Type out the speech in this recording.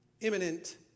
imminent